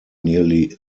nearly